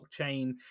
blockchain